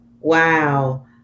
Wow